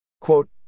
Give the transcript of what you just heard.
Quote